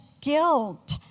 guilt